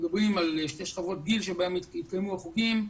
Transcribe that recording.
מדברים על שתי שכבות גיל שבהם התקיימו החוגים.